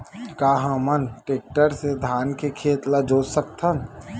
का हमन टेक्टर से धान के खेत ल जोत सकथन?